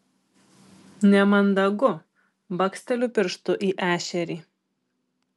nemandagu baksteliu pirštu į ešerį